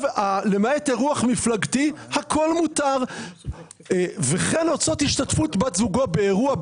למעט אירוע מפלגתי הכול מותר וכן הוצאות השתתפות בת זוגו באירוע,